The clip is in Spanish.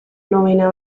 novena